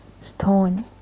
stone